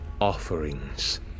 offerings